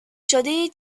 شده